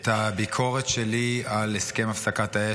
את הביקורת שלי על הסכם הפסקת האש,